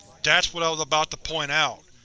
that's what i was about to point out,